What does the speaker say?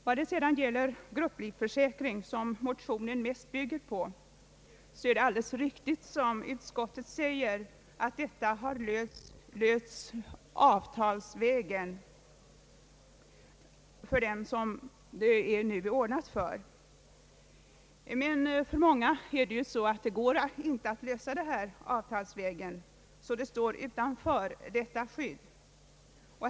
Vad det sedan gäller grupplivförsäkringen, som motionerna mest bygger på, är det alldeles riktigt som utskottet säger, att försäkringsskyddet har lösts avtalsvägen för dem som fått skyddet ordnat. Men för många går det inte att lösa detta avtalsvägen, och de står därför utan grupplivskydd.